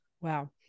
Wow